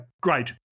great